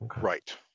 Right